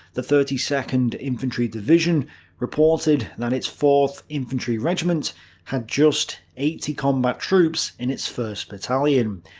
the thirty second infantry division reported that it's fourth infantry regiment had just eighty combat troops in its first battalion,